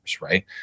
right